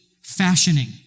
fashioning